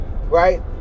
right